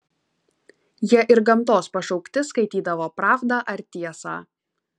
jie ir gamtos pašaukti skaitydavo pravdą ar tiesą